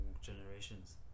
Generations